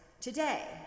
today